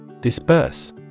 Disperse